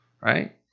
right